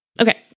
Okay